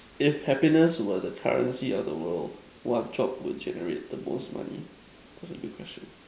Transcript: if happiness were the currency of the world what job would generate the most money that's a good question